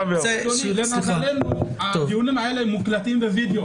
למזלנו הדיונים האלה מוקלטים בווידאו.